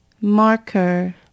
Marker